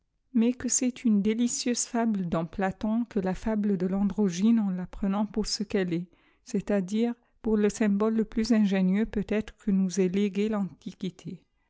mais que c'est une délicieuse fable dans platon que la fable de l'androgine en la prenant pour ce qu elle est c'est dire pour le symbole le plus ingénieux peut-être que nous